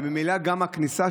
וממילא גם הכניסה,